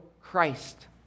Christ